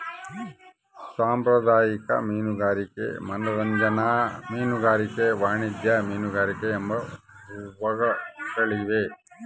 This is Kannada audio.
ಸಾಂಪ್ರದಾಯಿಕ ಮೀನುಗಾರಿಕೆ ಮನರಂಜನಾ ಮೀನುಗಾರಿಕೆ ವಾಣಿಜ್ಯ ಮೀನುಗಾರಿಕೆ ಎಂಬ ಬಗೆಗಳಿವೆ